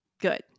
good